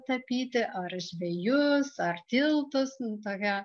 tapyti ar žvejus ar tiltus nu tokia